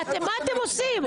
מה אתם עושים?